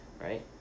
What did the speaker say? right